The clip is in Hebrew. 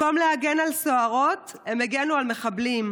במקום להגן על סוהרות, הם הגנו על מחבלים.